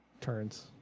turns